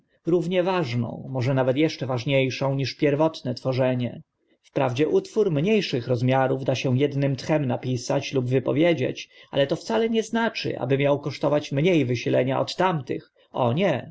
równie ważną może nawet eszcze ważnie szą niż pierwotne tworzenie wprawdzie utwór mnie szych rozmiarów da się ednym tchem napisać lub wypowiedzieć ale to wcale nie znaczy aby miał kosztować mnie wysilenia od tamtych o nie